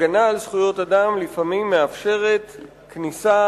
הגנה על זכויות האדם לפעמים מאפשרת כניסה